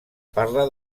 parla